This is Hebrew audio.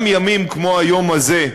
גם ימים כמו היום הזה,